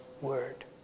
word